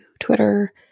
Twitter